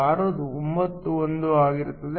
691 ಆಗಿರುತ್ತದೆ